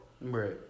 Right